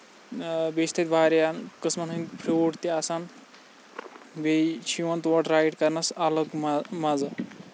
بیٚیہِ چھِ تَتہِ واریاہَن قٕسمَن ہٕنٛدۍ فرٛوٗٹ تہِ آسان بیٚیہِ چھِ یِوان تور رایڈ کَرنَس اَلَگ مَزٕ